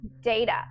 data